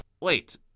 Wait